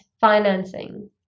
financing